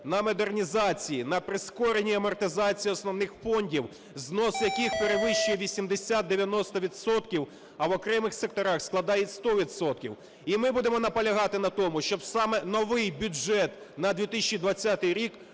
на модернізації, на прискоренні амортизації основних фондів, знос яких перевищує 80-90 відсотків, а в окремих секторах складає 100 відсотків. І ми будемо наполягати на тому, щоб саме новий бюджет на 2020 рік